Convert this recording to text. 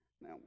Now